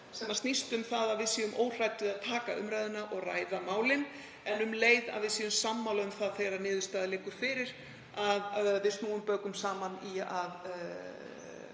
sem snýst um það að við séum óhrædd við að taka umræðuna og ræða málin, en um leið að við séum sammála um það, þegar niðurstaða liggur fyrir, að við snúum bökum saman í